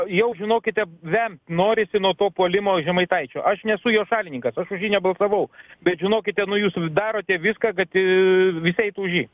jau žinokite vemt norisi nuo to puolimo žemaitaičio aš nesu jos šalininkas aš už jį nebalsavau bet žinokite nu jūs darote viską kad visi eitų už jį